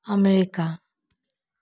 America